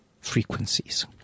frequencies